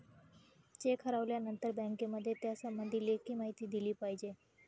check हरवल्यानंतर बँकेमध्ये त्यासंबंधी लेखी माहिती दिली पाहिजे